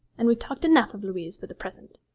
and we've talked enough of louise for the present